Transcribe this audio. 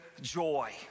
joy